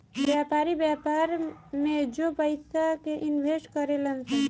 व्यापारी, व्यापार में जो पयिसा के इनवेस्ट करे लन